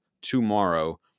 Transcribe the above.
tomorrow